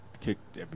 kicked